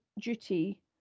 duty